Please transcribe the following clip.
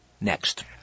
next